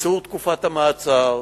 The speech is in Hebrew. קיצור תקופת המאסר,